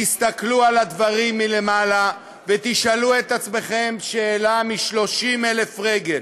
תסתכלו על הדברים מלמעלה ותשאלו את עצמכם שאלה מ-30,000 רגל.